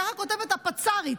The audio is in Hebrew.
ככה כותבת הפצ"רית.